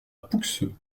pouxeux